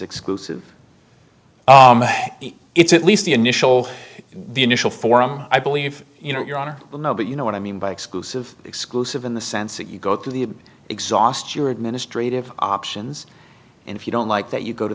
exclusive it's at least the initial the initial for um i believe you know your honor well no but you know what i mean by exclusive exclusive in the sense that you go through the exhaust your administrative options and if you don't like that you go to